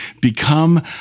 become